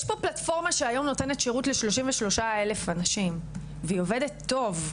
יש פה פלטפורמה שהיום נותנת שירות ל-33 אלף אנשים והיא עובדת טוב,